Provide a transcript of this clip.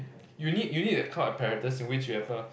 you need you need that kind of apparatus in which you have a